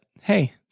hey